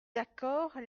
d’accord